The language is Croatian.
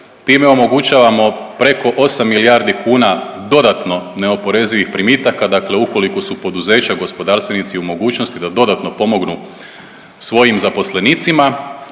time omogućavamo preko 8 milijardi kuna dodatno neoporezivih primitaka, dakle ukoliko su poduzeća i gospodarstvenici u mogućnosti da dodatno pomognu svojim zaposlenicima.